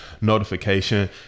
notification